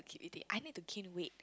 keep eating I need to gain weight